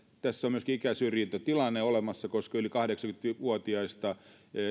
tässä on myöskin ikäsyrjintätilanne olemassa koska yli kahdeksankymmentä vuotiaista